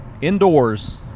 indoors